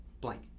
blank